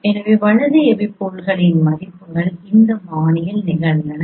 எனவே வலது எபிபோல்களின் மதிப்புகள் இந்த பாணியில் நிகழ்ந்தன